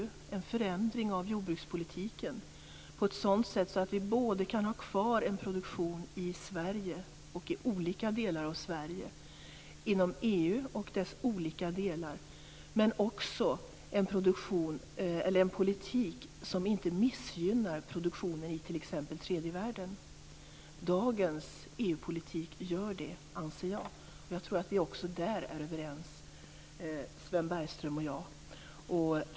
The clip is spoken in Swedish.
Vi vill ha en förändring av jordbrukspolitiken på ett sådant sätt att vi både kan ha kvar en produktion i olika delar av Sverige och inom EU och dess olika delar. Politiken skall heller inte missgynna produktionen i t.ex. tredje världen. Dagens EU-politik gör det, anser jag. Jag tror att Sven Bergström och jag är överens också där.